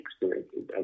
experiences